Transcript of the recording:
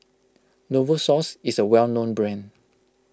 Novosource is a well known brand